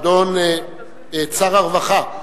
שר הרווחה.